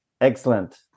excellent